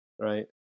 right